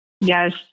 yes